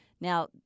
Now